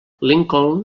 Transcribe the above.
lincoln